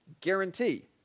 guarantee